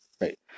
right